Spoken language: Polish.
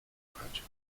kochać